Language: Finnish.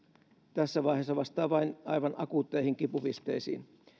tässä vaiheessa vastaa vain aivan akuutteihin kipupisteisiin